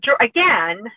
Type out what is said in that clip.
again